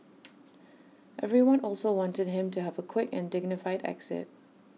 everyone also wanted him to have A quick and dignified exit